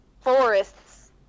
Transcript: forests